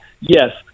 yes